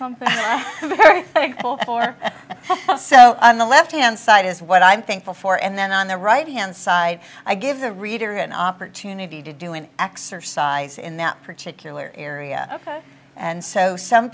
something on the left hand side is what i'm thankful for and then on the right hand side i give the reader an opportunity to do an exercise in that particular area and so some